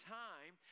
time